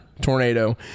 Tornado